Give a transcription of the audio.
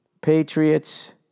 Patriots